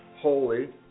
Holy